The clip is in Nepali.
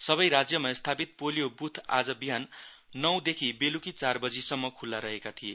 सबै राज्यमा स्थापित पोलीयो बुथ आज बिहान नौ देखि बेलुकी चार बजीसम्म ख्ल्ला रहेका थिए